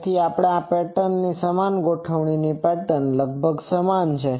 તેથી આ પેટર્ન અને સમાન ગોઠવણી ની પેટર્ન લગભગ તે સમાન છે